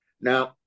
Now